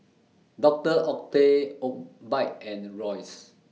Doctor Oetker Obike and Royce